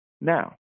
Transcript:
Now